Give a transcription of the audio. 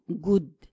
good